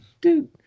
dude